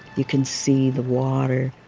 you can see the water,